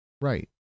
Right